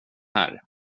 här